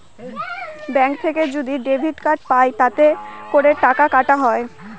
bank থেকে যদি debit card পাই তাতে করে টাকা কাটা হয়